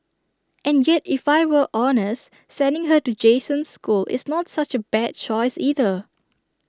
and yet if I were honest sending her to Jason's school is not such A bad choice either